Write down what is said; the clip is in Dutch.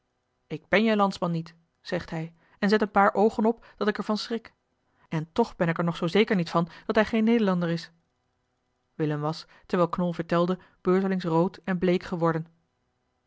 ik ben je landsman niet zegt hij en zet een paar oogen op dat ik er van schrik en toch ben ik er nog zoo zeker niet van dat hij geen nederlander is eli heimans willem roda willem was terwijl knol vertelde beurtelings rood en bleek geworden